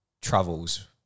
travels –